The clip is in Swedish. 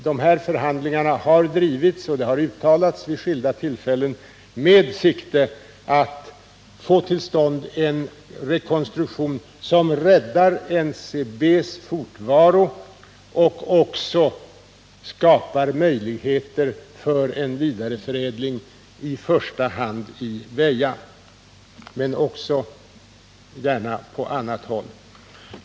De här förhandlingarna har drivits — detta har uttalats vid skilda tillfällen — med sikte på att få till stånd en rekonstruktion som räddar NCB:s fortvaro och även skapar möjligheter för en vidareförädling, i första hand i Väja men gärna också på annat håll.